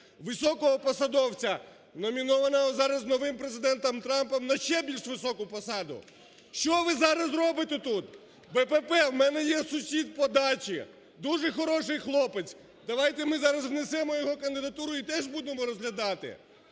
високого посадовця, номінованого зараз новим Президентом Трампом на ще більш високу посаду. Що ви зараз робите тут? БПП, в мене є сусід по дачі. Дуже хороший хлопець. Давайте ми зараз внесемо його кандидатуру і теж будемо розглядати!